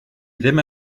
ddim